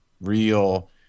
real